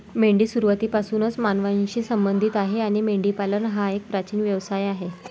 मेंढी सुरुवातीपासूनच मानवांशी संबंधित आहे आणि मेंढीपालन हा एक प्राचीन व्यवसाय आहे